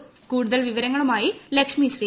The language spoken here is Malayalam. ക് കൂടുതൽ വിവരങ്ങളുമായി ലക്ഷ്മി ശ്രീ